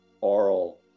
oral